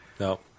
No